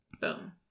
Boom